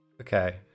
Okay